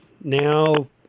now